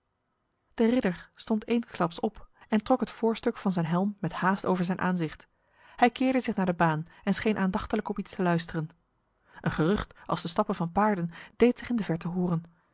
de ridder stond eensklaps op en trok het voorstuk van zijn helm met haast over zijn aanzicht hij keerde zich naar de baan en scheen aandachtiglijk op iets te luisteren een gerucht als de stappen van paarden deed zich in de verte horen